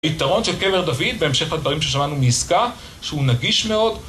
יתרון של קבר דוד בהמשך לדברים ששמענו מישכה שהוא נגיש מאוד